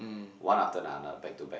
one after another back to back